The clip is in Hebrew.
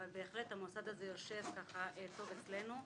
אבל בהחלט המוסד הזה יושב טוב אצלנו.